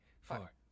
four